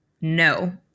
No